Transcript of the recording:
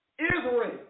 Israel